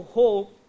hope